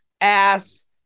ass